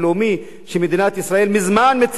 שמדינת ישראל מזמן מצפצפת עליו,